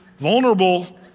vulnerable